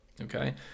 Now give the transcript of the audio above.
okay